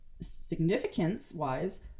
significance-wise